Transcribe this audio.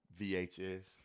VHS